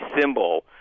symbol